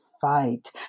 fight